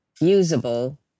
usable